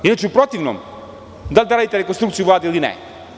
Inače, u protivnom, da li da radite rekonstrukciju Vlade ili ne.